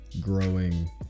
growing